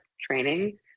training-